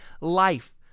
life